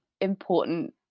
important